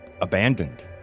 abandoned